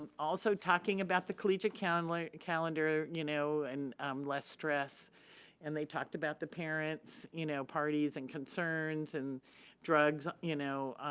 um also talking about the collegiate calendar, like you know, and less stress and they talked about the parents, you know, parties and concerns and drugs. you know,